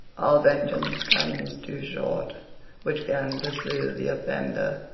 all vengeance comes too short which can pursue the offender.